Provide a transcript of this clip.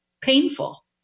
painful